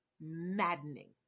maddening